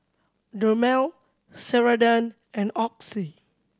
Dermale Ceradan and Oxy